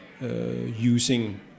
using